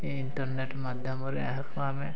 ଏହି ଇଣ୍ଟର୍ନେଟ୍ ମାଧ୍ୟମରେ ଏହାକୁ ଆମେ